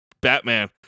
Batman